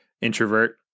introvert